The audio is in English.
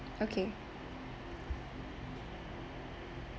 okay